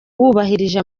wubahirije